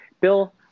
Bill